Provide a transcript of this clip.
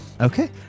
Okay